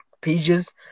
pages